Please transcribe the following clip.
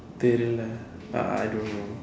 தெரியல்ல:theeriyalla I I don't know